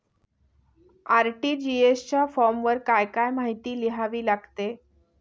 RTGS च्या फॉर्मवर काय काय माहिती लिहावी लागते?